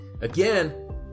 Again